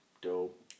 Dope